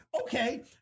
okay